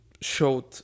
showed